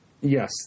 Yes